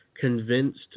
convinced